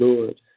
Lord